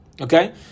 Okay